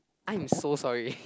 I am so sorry